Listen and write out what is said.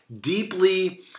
deeply